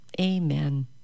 amen